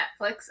Netflix